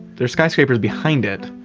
there's skyscrapers behind it,